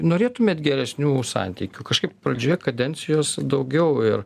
norėtumėt geresnių santykių kažkaip pradžioje kadencijos daugiau ir